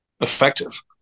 effective